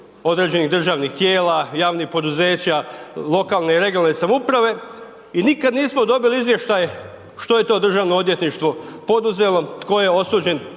određenih državnih tijela, javnih poduzeća, lokalne i regionalne samouprave i nikad nismo dobili izvještaj što je to državnog odvjetništvo poduzelo, tko je osuđen